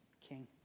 King